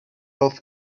oedd